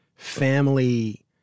family